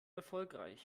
erfolgreich